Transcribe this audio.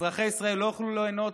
אזרחי ישראל לא יוכלו ליהנות,